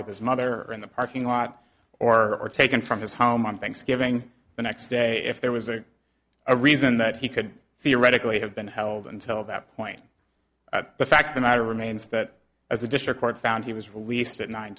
with his mother in the parking lot or are taken from his home on thanksgiving the next day if there was a reason that he could theoretically have been held until that point at the fact of the matter remains that as a district court found he was released at nine